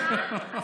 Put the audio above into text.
כן.